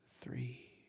three